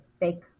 big